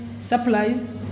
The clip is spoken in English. supplies